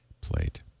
played